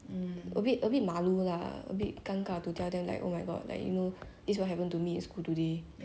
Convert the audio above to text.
this is what happened to me in school today cause like my household not like that [one] mah then 我们不是很很 like